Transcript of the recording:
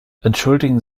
entschuldigen